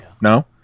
no